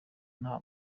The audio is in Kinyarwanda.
nta